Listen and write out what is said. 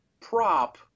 prop